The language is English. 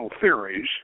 theories